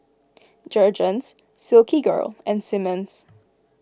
Jergens Silkygirl and Simmons